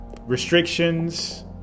restrictions